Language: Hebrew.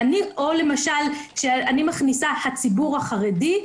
או כשאני מכניסה: הציבור החרדי.